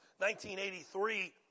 1983